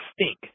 stink